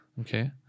okay